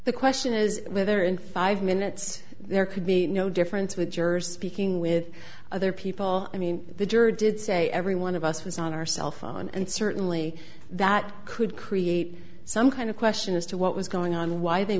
the question is whether in five minutes there could be no difference with jurors speaking with other people i mean the juror did say every one of us was on our cell phone and certainly that could create some kind of question as to what was going on why they